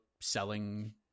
selling